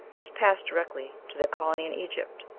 this passed directly to their colony in egypt.